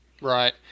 right